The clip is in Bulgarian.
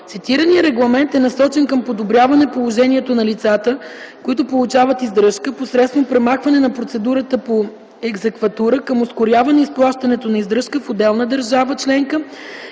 Цитираният регламент е насочен към подобряване положението на лицата, които получават издръжка, посредством премахване на процедурата по екзекватура, към ускоряване изплащането на издръжка в отделна държава членка